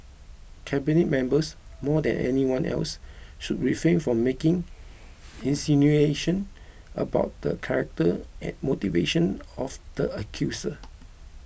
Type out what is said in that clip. cabinet members more than anyone else should refrain from making insinuation about the character and motivation of the accuser